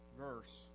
verse